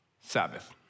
Sabbath